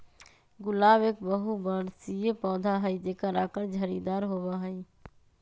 गुलाब एक बहुबर्षीय पौधा हई जेकर आकर झाड़ीदार होबा हई